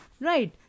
right